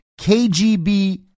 KGB